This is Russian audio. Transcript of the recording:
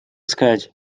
сказать